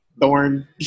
thorn